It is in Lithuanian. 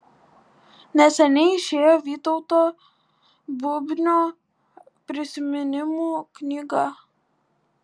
neseniai išėjo vytauto bubnio prisiminimų knyga